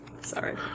Sorry